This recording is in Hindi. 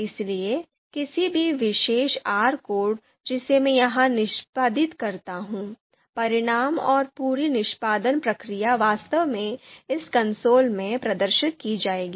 इसलिए किसी भी विशेष R कोड जिसे मैं यहां निष्पादित करता हूं परिणाम और पूरी निष्पादन प्रक्रिया वास्तव में इस कंसोल में प्रदर्शित की जाएगी